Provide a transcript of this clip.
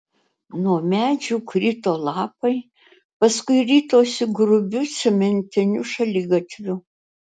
nuo medžių krito lapai paskui ritosi grubiu cementiniu šaligatviu